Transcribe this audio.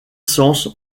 sens